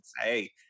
Hey